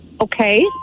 Okay